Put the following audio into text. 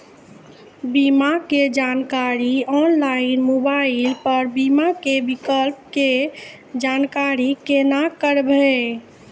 बीमा के जानकारी ऑनलाइन मोबाइल पर बीमा के विकल्प के जानकारी केना करभै?